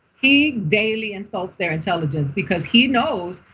he daily insults their intelligence because he knows,